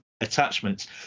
attachments